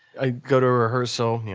i'd go to rehearsal, you know,